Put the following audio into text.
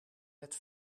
met